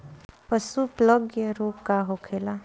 पशु प्लग रोग का होखेला?